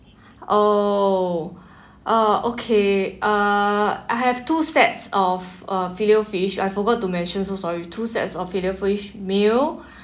oh uh okay uh I have two sets of uh fillet O fish I forgot to mention so sorry two sets of fillet O fish meal